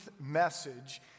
message